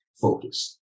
focus